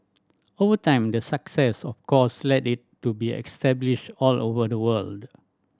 over time the success of course led it to be established all over the world